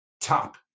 top